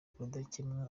rudakemwa